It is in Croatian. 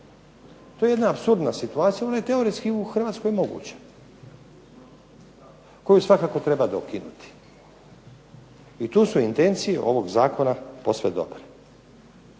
To je jedna apsurdna situacija, ona je teoretski u Hrvatskoj moguća, koju svakako treba dokinuti, i tu su intencije ovog zakona posve dobre.